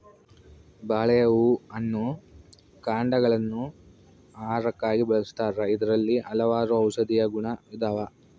ಬಾಳೆಯ ಹೂ ಹಣ್ಣು ಕಾಂಡಗ ಳನ್ನು ಆಹಾರಕ್ಕಾಗಿ ಬಳಸ್ತಾರ ಇದರಲ್ಲಿ ಹಲವಾರು ಔಷದಿಯ ಗುಣ ಇದಾವ